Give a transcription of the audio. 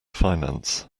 finance